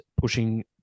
pushing